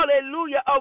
hallelujah